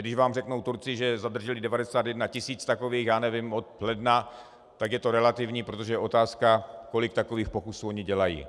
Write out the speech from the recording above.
Když vám Turci řeknou, že zadrželi 91 tisíc takových, já nevím, od ledna, tak je to relativní, protože je otázka, kolik takových pokusů oni dělají.